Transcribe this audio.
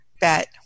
bet